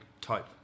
type